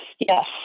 Yes